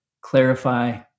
clarify